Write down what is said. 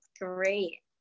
Great